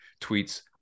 tweets